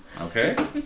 Okay